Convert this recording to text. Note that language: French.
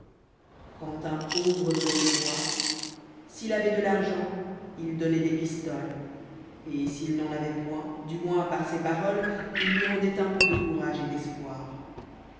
quand un pauvre vénoit le voir s'il avoit de l'argent il dbnnoit des pistolès et s'il n'en avoit point du moins par ses paroles il lui rendoit un peu de côùràgë et d'èspôir